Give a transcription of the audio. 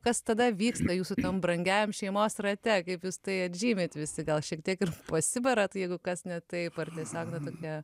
kas tada vyksta jūsų tam brangiajam šeimos rate kaip jūs tai atžymit visi gal šiek tiek ir pasibarat jeigu kas ne taip ar tiesiog na tokia